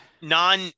non